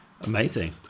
Amazing